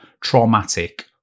traumatic